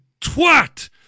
twat